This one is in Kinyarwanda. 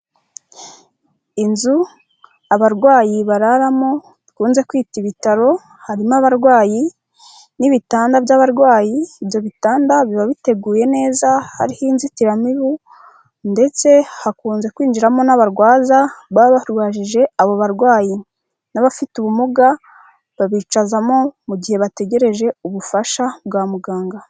Inzu abarwayi bararamo bakunze kwita ibitaro, harimo abarwayi n'ibitanda by'abarwayi. Ibyo bitanda biba biteguye neza, hariho inzitiramibu, ndetse hakunze kwinjiramo n'abarwaza baba barwajije abo barwayi n'abafite ubumuga, babicazamo mu gihe bategereje ubufasha bwa muganga.